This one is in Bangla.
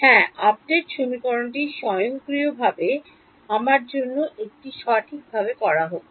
হ্যাঁ আপডেট সমীকরণটি স্বয়ংক্রিয়ভাবে আমার জন্য এটি সঠিকভাবে করা হচ্ছে